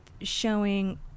showing